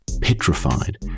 petrified